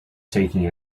taking